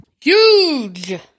Huge